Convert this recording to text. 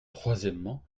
troisièmement